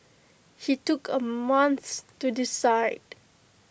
he took A month to decide